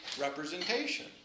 representation